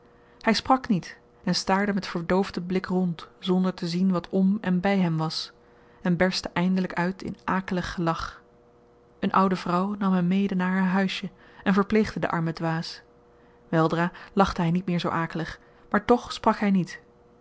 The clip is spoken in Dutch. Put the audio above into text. hy sprak niet en staarde met verdoofden blik rond zonder te zien wat om en by hem was en berstte eindelyk uit in akelig gelach een oude vrouw nam hem mede naar haar huisjen en verpleegde den armen dwaas weldra lachte hy niet meer zoo akelig maar toch sprak hy niet